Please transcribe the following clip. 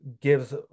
gives